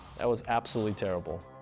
that was absolutely terrible,